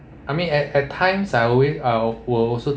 I mean at at times I always I will also